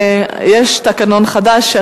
יש תקנון חדש,